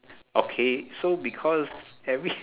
okay so because have you